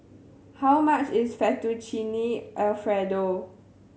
how much is Fettuccine Alfredo